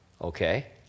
Okay